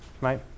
right